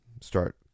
Start